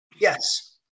Yes